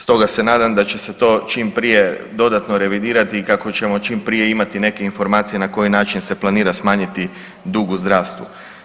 Stoga se nadam da će se to čim prije dodatno revidirati i kako ćemo čim prije imati neke informacije na koji način se planira smanjiti dug u zdravstvu.